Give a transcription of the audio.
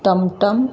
टमटम